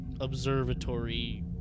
observatory